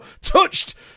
touched